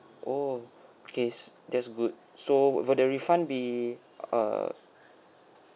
oh okay is that's good so will the refund be uh